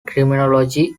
criminology